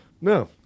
No